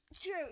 True